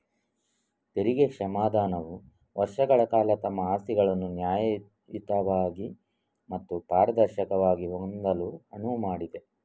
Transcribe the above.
ತೆರಿಗೆ ಕ್ಷಮಾದಾನವು ವರ್ಷಗಳ ಕಾಲ ತಮ್ಮ ಆಸ್ತಿಗಳನ್ನು ನ್ಯಾಯಯುತವಾಗಿ ಮತ್ತು ಪಾರದರ್ಶಕವಾಗಿ ಹೊಂದಲು ಅನುವು ಮಾಡಿದೆ